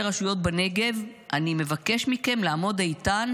הרשויות בנגב: אני מבקש מכם לעמוד איתן,